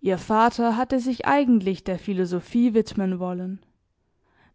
ihr vater hatte sich eigentlich der philosophie widmen wollen